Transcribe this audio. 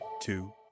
two